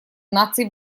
наций